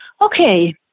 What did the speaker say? Okay